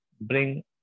bring